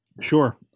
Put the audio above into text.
Sure